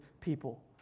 people